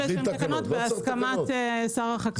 בהסכמת שר החקלאות.